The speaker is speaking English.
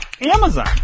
Amazon